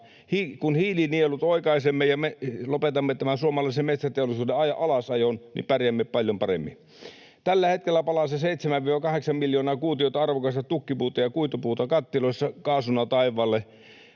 Kun hiilinielut oikaisemme ja lopetamme tämän suomalaisen metsäteollisuuden alasajon, niin pärjäämme paljon paremmin. Tällä hetkellä palaa se 7—8 miljoonaa kuutiota arvokasta tukkipuuta ja kuitupuuta kattiloissa kaasuna taivaalle.